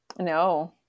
No